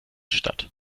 statt